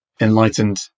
enlightened